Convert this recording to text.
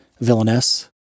villainess